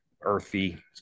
earthy